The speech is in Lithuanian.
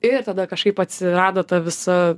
ir tada kažkaip atsirado ta visa